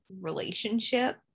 relationship